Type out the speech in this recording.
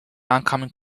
oncoming